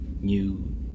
new